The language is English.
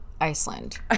Iceland